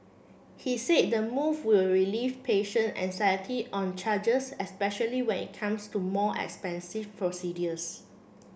he said the move will relieve patient anxiety on charges especially when it comes to more expensive procedures